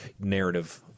narrative